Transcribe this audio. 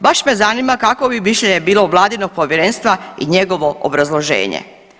Baš me zanima kakvo bi mišljenje bilo vladinog povjerenstva i njegovo obrazloženje.